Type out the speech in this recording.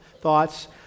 thoughts